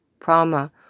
Prama